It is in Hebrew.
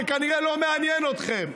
זה כנראה לא מעניין אתכם.